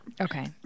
Okay